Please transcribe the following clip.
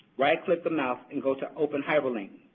right click the mouse, and go to open hyperlink.